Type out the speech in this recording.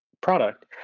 product